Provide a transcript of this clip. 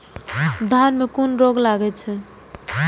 धान में कुन रोग लागे छै?